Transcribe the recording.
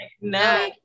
No